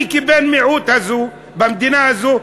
אני, כבן מיעוט במדינה הזאת,